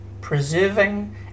Preserving